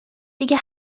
دیگه